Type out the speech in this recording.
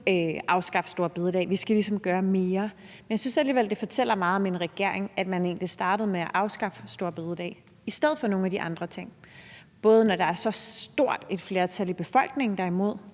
afskaffe store bededag, men at vi ligesom skal gøre mere. Jeg synes, at det fortæller meget om en regering, at man egentlig startede med at afskaffe store bededag i stedet for nogle af de andre ting, når der er så stort et flertal i befolkningen, der er imod.